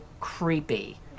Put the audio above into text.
creepy